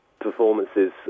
performances